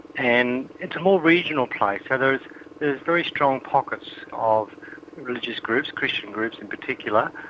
and it's a more regional place, so there's, there's very strong pockets of religious groups, christian groups in particular,